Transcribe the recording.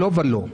לא ולא.